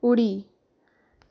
उडी